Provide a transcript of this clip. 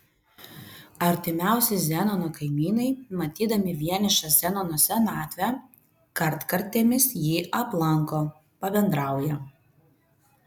artimiausi zenono kaimynai matydami vienišą zenono senatvę kartkartėmis jį aplanko pabendrauja